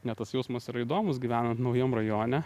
ne tas jausmas yra įdomus gyvenant naujam rajone